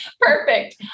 Perfect